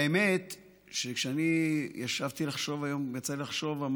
האמת שכשאני ישבתי ויצא לי לחשוב על יום המילואים,